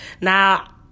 Now